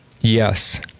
yes